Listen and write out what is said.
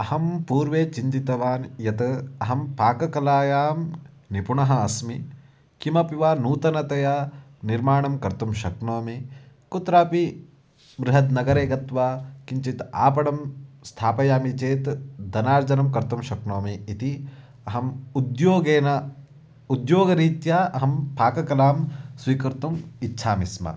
अहं पूर्वे चिन्तितवान् यत् अहं पाककलायां निपुणः अस्मि किमपि वा नूतनतया निर्माणं कर्तुं शक्नोमि कुत्रापि बृहद्नगरे गत्वा किञ्जिद् आपणं स्थापयामि चेत् धनार्जनं कर्तुं शक्नोमि इति अहम् उद्योगेन उद्योगरीत्या अहं पाककलां स्वीकर्तुम् इच्छामि स्म